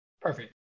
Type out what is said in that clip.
perfect